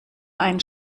ein